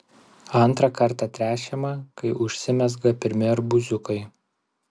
antrą kartą tręšiama kai užsimezga pirmi arbūziukai